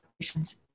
patients